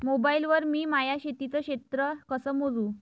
Mobile वर मी माया शेतीचं क्षेत्र कस मोजू?